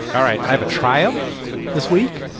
all right. i have a triumph this week.